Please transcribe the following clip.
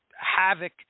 havoc